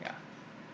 yeah